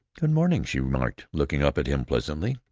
good-morning, she remarked, looking up at him pleasantly.